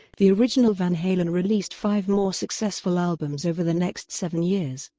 the original van halen released five more successful albums over the next seven years.